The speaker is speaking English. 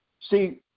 See